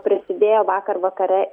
prisidėjo vakar vakare